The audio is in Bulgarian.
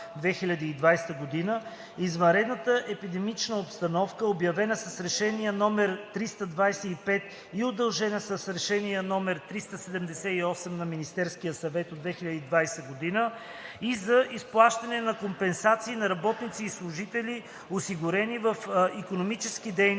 2020 г., и извънредната епидемична обстановка, обявена с Решение № 325 и удължена с Решение № 378 на Министерския съвет от 2020 г. и за изплащане на компенсации на работници и служители, осигурени в икономически дейности,